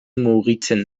mugitzen